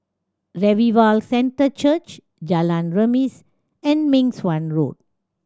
Revival Centre Church Jalan Remis and Meng Suan Road